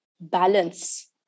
balance